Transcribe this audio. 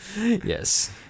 Yes